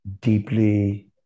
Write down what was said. deeply